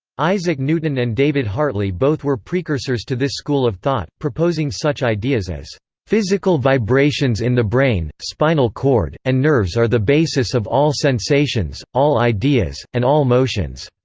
isaac newton and david hartley both were precursors to this school of thought, proposing such ideas as physical vibrations in the brain, spinal cord, and nerves are the basis of all sensations, all ideas, and all motions.